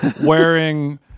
wearing